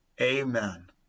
amen